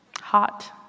Hot